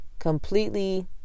completely